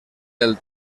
del